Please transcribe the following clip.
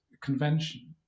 convention